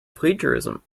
plagiarism